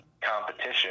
competition